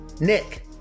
Nick